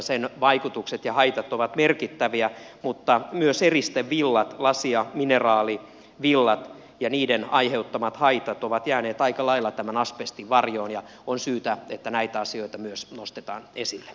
sen vaikutukset ja haitat ovat merkittäviä mutta myös eristevillat lasi ja mineraalivillat ja niiden aiheuttamat haitat ovat jääneet aika lailla tämän asbestin varjoon ja on syytä että näitä asioita myös nostetaan esille